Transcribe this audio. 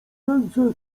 ręce